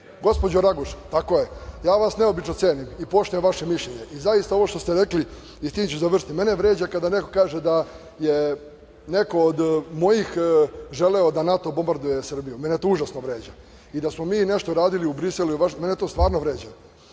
tačka. Gospođo Raguš, ja vas neobično cenim i poštujem vaše mišljenje i zaista ovo što ste rekli, i time ću završiti, mene vređa kada neko kaže da je neko od mojih želeo da NATO bombarduje Srbiju. Mene to užasno vređa. I, da smo mi nešto radili u Briselu i Vašingtonu, mene to stvarno vređa. Pad